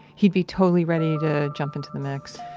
he'd be totally ready to jump into the mix.